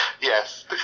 Yes